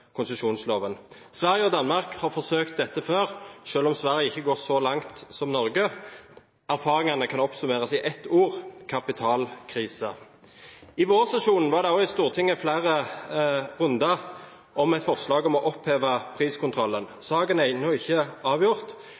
konsesjonsloven. Sverige og Danmark har forsøkt dette før, selv om Sverige ikke går så langt som Norge. Erfaringene kan oppsummeres i ett ord: kapitalkrise. I vårsesjonen var det også i Stortinget flere runder om et forslag om å oppheve priskontrollen. Saken er ennå ikke avgjort,